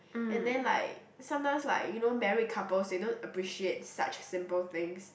and then like sometimes like you know married couples they don't appreciate such simple things